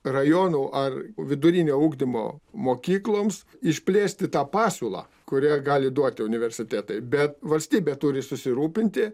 rajonų ar vidurinio ugdymo mokykloms išplėsti tą pasiūlą kurią gali duoti universitetai bet valstybė turi susirūpinti